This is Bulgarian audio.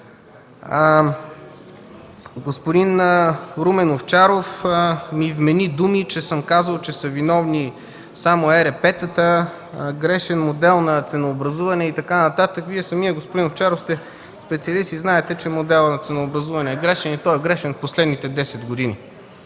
Господин Румен Овчаров ми вмени думи – казал съм, че са виновни само ЕРП-тата, грешен модел на ценообразуване и така нататък. Господин Овчаров, Вие сте специалист и знаете, че моделът на ценообразуване е грешен и той е грешен в последните 10 години.